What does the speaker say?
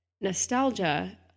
nostalgia